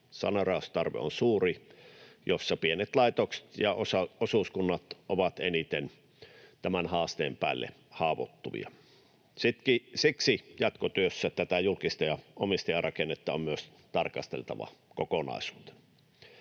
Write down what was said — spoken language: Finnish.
Saneeraustarve on suuri, ja pienet laitokset ja osuuskunnat ovat eniten tämän haasteen päälle haavoittuvia. Siksi jatkotyössä tätä julkista omistusta ja omistajarakennetta on myös tarkasteltava kokonaisuutena,